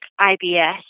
IBS